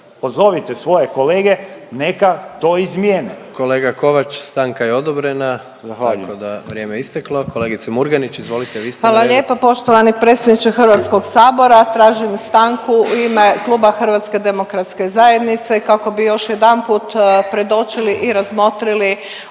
pozovite svoje kolege neka to izmijene.